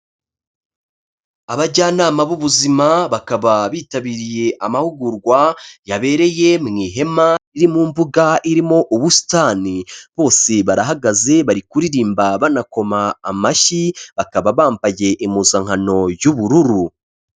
Abajyanama b'ubuzima bakaba bitabiriye amahugurwa yabereye mu ihema riri mu mbuga irimo ubusitani. Bose barahagaze bari kuririmba banakoma amashyi, bakaba bambaye impuzankano y'ubururu.